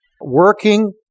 working